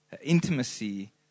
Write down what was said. intimacy